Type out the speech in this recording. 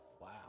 Wow